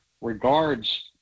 regards